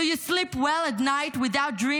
Do you sleep well at night without dreaming